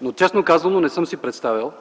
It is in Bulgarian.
Но честно казано не съм си представял,